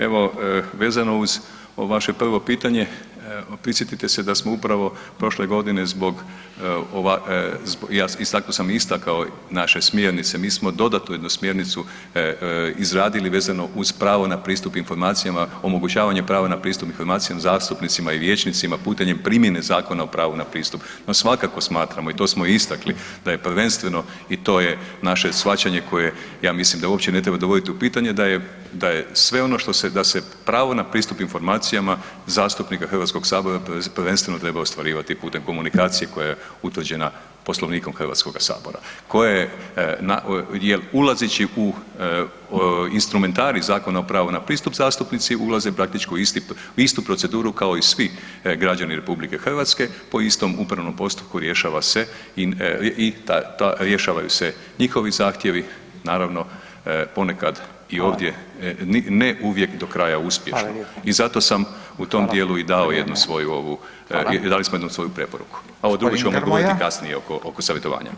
Evo, vezano uz ovo vaše prvo pitanje, prisjetite se da smo upravo prošle godine zbog, i zato sam istakao naše smjernice, mi smo dodatno jednu smjernicu izradili vezano uz prava na pristup informacijama, omogućavanje prava na pristup informacijama zastupnicima i vijećnicima putem primjene Zakona o pravu na pristup no svakako smatramo i to smo istakli da je prvenstveno i to je naše shvaćanje koje ja mislim da uopće ne treba dovoditi u pitanje, da je sve ono što se da se pravo na pristup informacijama zastupnika Hrvatskog sabora prvenstveno treba ostvarivati putem komunikacije koja je utvrđena Poslovnikom Hrvatskoga sabora jer ulazeći u instrumentarij Zakona o pristup, zastupnici ulaze praktički u istu proceduru kao i svi građani RH po istom upravnom postupku i rješavaju se njihovi zahtjevi, naravno, ponekad i ovdje ne uvijek do kraja uspješno [[Upadica Radin: Hvala lijepo.]] I zato sam i u tom djelu i dao jednu svoju, ovu, i dali smo jednu svoju preporuku./ [[Upadica Radin: Hvala.]] A ovo drugo ću vam odgovoriti kasnije oko savjetovanja.